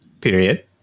Period